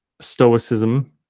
stoicism